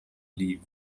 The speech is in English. leave